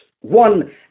One